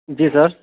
जी sir